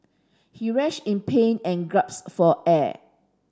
he writhed in pain and gasped for air